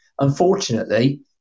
unfortunately